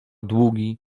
długi